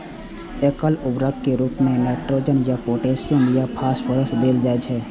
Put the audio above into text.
एकल उर्वरक के रूप मे नाइट्रोजन या पोटेशियम या फास्फोरस देल जाइ छै